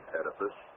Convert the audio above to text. edifice